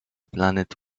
planet